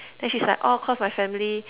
then she's like oh cause my family